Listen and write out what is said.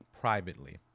privately